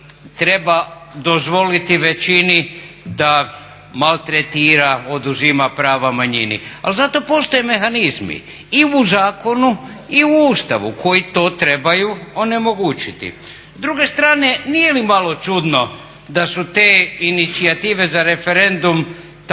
treba dozvoliti većini da maltretira, oduzima prava manjini. Ali zato postoje mehanizmi i u zakonu i u Ustavu koji to trebaju onemogućiti. S druge strane, nije li malo čudno da su te inicijative za referendum